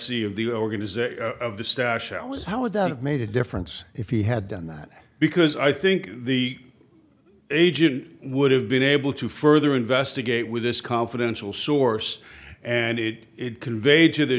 lessee of the organiser of the stache ellis how would that have made a difference if he had done that because i think the agent would have been able to further investigate with this confidential source and it it conveyed to the